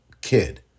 kid